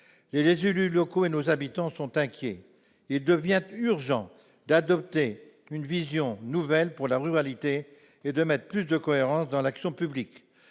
Les élus locaux et nos habitants sont inquiets. Il devient urgent d'adopter une vision nouvelle pour la ruralité et de mettre plus de cohérence dans l'action publique.